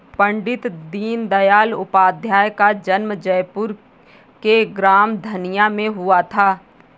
पण्डित दीनदयाल उपाध्याय का जन्म जयपुर के ग्राम धनिया में हुआ था